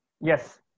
Yes